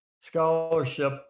scholarship